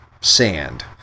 sand